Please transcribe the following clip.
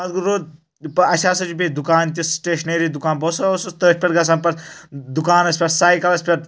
پتہٕ گوٚو اسہِ ہَسس چھُ بیٚیہِ دُکان تہِ سٹیشنٔری دُکان بہٕ ہَسا اوسُس تٔتھۍ پیٹھ گَژھان پتہٕ دُکانس پیٹھ سایکَلَس پیٹھ